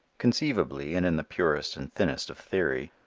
conceivably and in the purest and thinnest of theory,